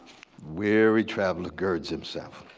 weary traveler guards himself.